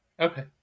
Okay